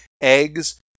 eggs